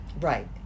Right